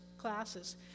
classes